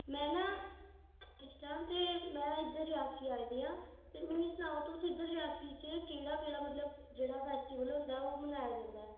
ना ना क्योंकि में इद्धर रियासी आई दी ते इद्धर केह्ड़ा केह्ड़ा ओह् जेह्ड़ा फेस्टीवल मनाया जंदा